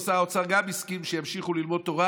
שר אוצר גם הסכים שימשיכו ללמוד תורה,